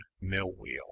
mill-wheel